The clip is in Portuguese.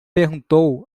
perguntou